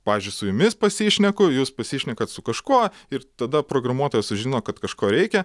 pavyzdžiui su jumis pasišneku jūs pasišnekat su kažkuo ir tada programuotojas sužino kad kažko reikia